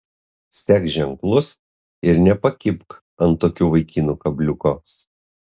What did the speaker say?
sek ženklus ir nepakibk ant tokių vaikinų kabliuko